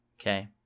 okay